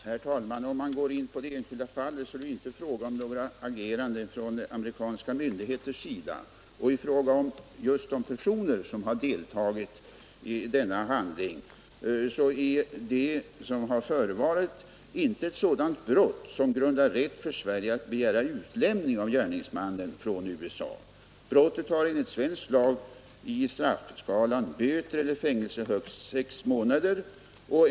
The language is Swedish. Herr talman! Om man går in på det enskilda fallet, så är det inte fråga om några ageranden från amerikanska myndigheters sida, och i fråga om just de personer som har deltagit i denna handling är det som förevarit inte ett sådant brott som grundar rätt för Sverige att begära utlämning av gärningsmannen från USA. Brottet har enligt svensk lag i straffskalan böter eller fängelse i högst sex månader.